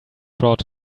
brought